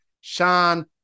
Sean